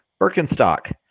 Birkenstock